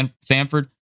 Sanford